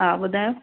हा ॿुधायो